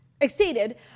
Exceeded